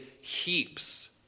heaps